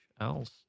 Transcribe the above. else